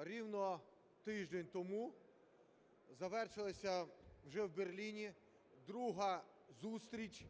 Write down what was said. рівно тиждень тому завершилася вже в Берліні друга зустріч